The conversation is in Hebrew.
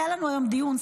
היה לנו היום דיון,